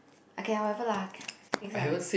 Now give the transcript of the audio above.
okay lah whatever lah next one